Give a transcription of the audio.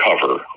Cover